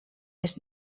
els